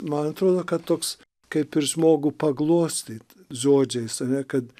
man atrodo kad toks kaip ir žmogų paglostyt žodžiais ane kad